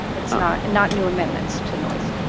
it's not not new amendments to noise.